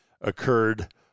occurred